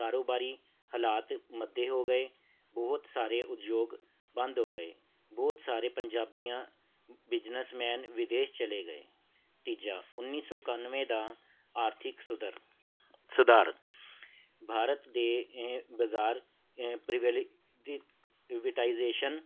ਕਾਰੋਬਾਰੀ ਹਾਲਾਤ ਮੰਦੇ ਹੋ ਗਏ ਬਹੁਤ ਸਾਰੇ ਉਦਯੋਗ ਬੰਦ ਹੋ ਗਏ ਬਹੁਤ ਸਾਰੇ ਪੰਜਾਬੀਆਂ ਬਿਜਨਸਮੈਨ ਵਿਦੇਸ਼ ਚੱਲੇ ਗਏ ਤੀਜਾ ਉੱਨੀ ਸੌ ਇਕਾਨਵੇਂ ਦਾ ਆਰਥਿਕ ਸੁਧਰ ਸੁਧਾਰ ਭਾਰਤ ਦੇ ਬਾਜ਼ਾਰ ਪ੍ਰੀਵੈਲੀਟੀਵੀਟਾਈਜੇਸ਼ਨ